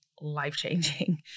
life-changing